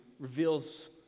reveals